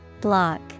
Block